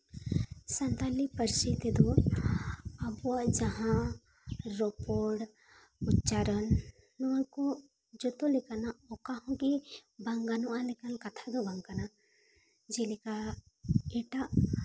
ᱥᱟᱱᱛᱟᱞᱤ ᱯᱟᱹᱨᱥᱤ ᱛᱮᱫᱚ ᱟᱵᱚᱣᱟᱜ ᱡᱟᱦᱟᱸ ᱨᱚᱯᱚᱲ ᱩᱪᱪᱟᱨᱚᱱ ᱱᱚᱣᱟ ᱠᱚ ᱡᱚᱛᱚ ᱞᱮᱠᱟᱱᱟᱜ ᱚᱠᱟᱦᱚᱸ ᱜᱮ ᱵᱟᱝ ᱜᱟᱱᱚᱜ ᱞᱮᱠᱟᱱ ᱠᱟᱛᱷᱟ ᱫᱚ ᱵᱟᱝ ᱠᱟᱱᱟ ᱡᱮᱞᱮᱠᱟ ᱮᱴᱟᱜ